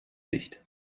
licht